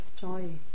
joy